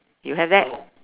you haven't